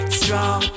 strong